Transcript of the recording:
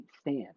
stand